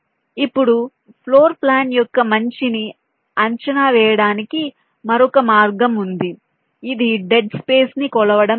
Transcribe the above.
ఇప్పుడు floor plan యొక్క మంచిని అంచనా వేయడానికి మరొక మార్గం ఉంది ఇది డెడ్ స్పేస్ ని కొలవడం ద్వారా